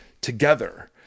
together